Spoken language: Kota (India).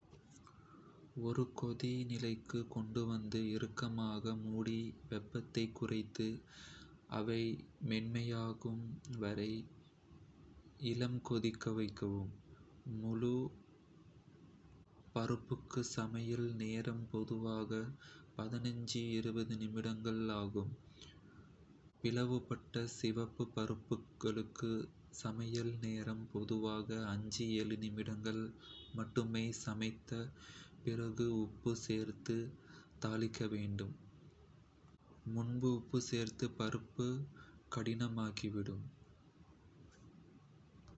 ஒரு கொதி நிலைக்கு கொண்டு வந்து, இறுக்கமாக மூடி, வெப்பத்தை குறைத்து, அவை மென்மையாகும் வரை இளங்கொதிவாக்கவும். முழு பருப்புக்கு, சமையல் நேரம் பொதுவாக நிமிடங்கள் ஆகும். பிளவுபட்ட சிவப்பு பருப்புகளுக்கு, சமையல் நேரம் பொதுவாக நிமிடங்கள் மட்டுமே. சமைத்த பிறகு உப்பு சேர்த்து தாளிக்க வேண்டும் - முன்பு உப்பு சேர்த்தால், பருப்பு கடினமாகிவிடும்.